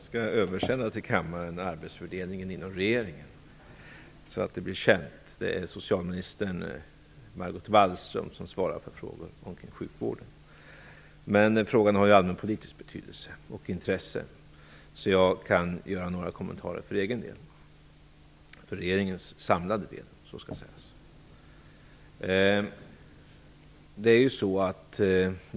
Fru talman! Jag skall översända arbetsfördelningen inom regeringen till kammaren så att den blir känd. Det är socialminister Margot Wallström som svarar för frågor kring sjukvården. Men frågan har allmänpolitisk betydelse och allmänpolitiskt intresse, så jag kan göra några kommentarer för regeringens del.